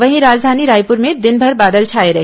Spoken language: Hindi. वहीं राजधानी रायपुर में दिनभर बादल छाए रहे